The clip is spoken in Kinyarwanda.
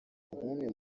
nk’umwe